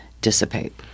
dissipate